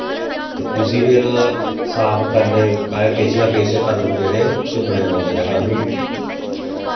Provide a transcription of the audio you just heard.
उस्सी फिर साफ करने ताहीं किश न किश कदम जेह्ड़े चुक्कने पौंदे न सानूं